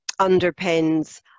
underpins